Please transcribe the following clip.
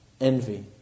envy